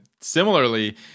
similarly